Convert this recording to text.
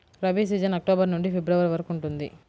rabi season October నుండి February వరకు ఉంటుంది